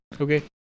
Okay